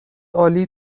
عالی